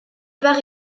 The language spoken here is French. par